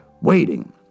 waiting